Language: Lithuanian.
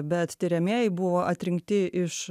bet tiriamieji buvo atrinkti iš